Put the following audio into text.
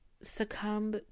succumb